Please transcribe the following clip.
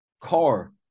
car